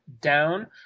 down